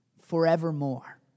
forevermore